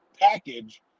package